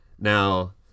Now